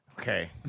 Okay